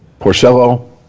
Porcello